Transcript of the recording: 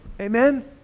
Amen